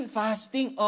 fasting